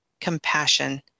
compassion